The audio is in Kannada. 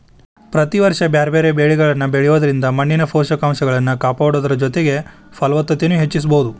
ಪ್ರತಿ ವರ್ಷ ಬ್ಯಾರ್ಬ್ಯಾರೇ ಬೇಲಿಗಳನ್ನ ಬೆಳಿಯೋದ್ರಿಂದ ಮಣ್ಣಿನ ಪೋಷಕಂಶಗಳನ್ನ ಕಾಪಾಡೋದರ ಜೊತೆಗೆ ಫಲವತ್ತತೆನು ಹೆಚ್ಚಿಸಬೋದು